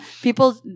People